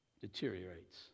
deteriorates